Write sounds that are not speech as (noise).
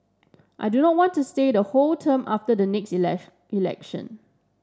I do not want to stay the whole term after the next (unintelligible) election